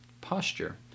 posture